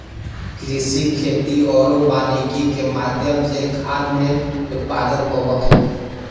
कृषि, खेती आरो वानिकी के माध्यम से खाद्य के उत्पादन होबो हइ